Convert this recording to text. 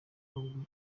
mukobwa